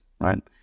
Right